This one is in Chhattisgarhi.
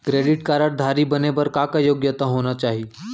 क्रेडिट कारड धारी बने बर का का योग्यता होना चाही?